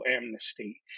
amnesty